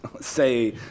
say